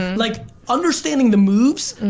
like understanding the moves,